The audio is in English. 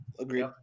Agreed